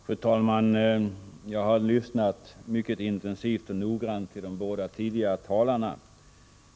Fru talman! Jag har lyssnat mycket intensivt och noggrant till de båda tidigare talarna.